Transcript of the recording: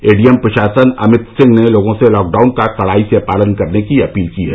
ए D M प्रशासन अमित सिंह ने लोगों से लॉकडाउन का कड़ाई से पालन करने की अपील की है